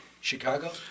Chicago